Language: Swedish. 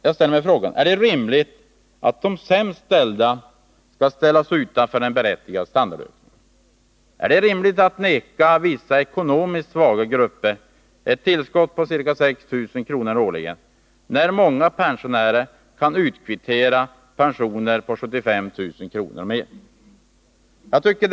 Jag frågar mig: Är det rimligt att hålla de sämst ställda utanför en berättigad standardökning? Är det rimligt att neka vissa ekonomiskt svaga grupper ett tillskott på ca 6 000 kr. årligen, när många pensionärer kan utkvittera pensioner på 75 000 kr. och mer?